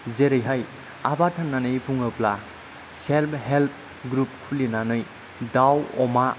जेरैहाय आबाद होननानै बुङोब्ला सेल्फ हेल्प ग्रुप खुलिनानै दाउ अमा